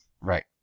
right